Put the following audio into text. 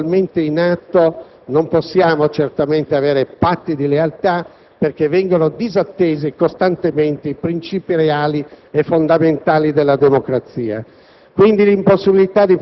che con il Governo attualmente in carica non possiamo certamente avere patti di lealtà, perché vengono costantemente disattesi i principi reali e fondamentali della democrazia.